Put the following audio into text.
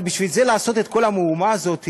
אבל בשביל זה לעשות את כל המהומה הזאת